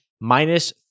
Minus